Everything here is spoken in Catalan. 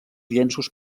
llenços